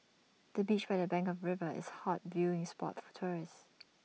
the bench by the bank of the river is A hot viewing spot for tourists